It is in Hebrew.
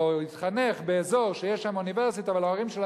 או התחנך באזור שיש שם אוניברסיטה ולהורים שלו